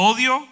Odio